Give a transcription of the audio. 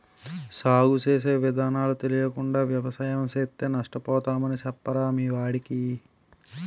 సాగు చేసే విధానాలు తెలియకుండా వ్యవసాయం చేస్తే నష్టపోతామని చెప్పరా మీ వాడికి